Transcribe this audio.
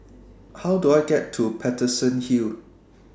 How Do I get to Paterson Hill